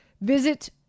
Visit